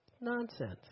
Nonsense